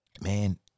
man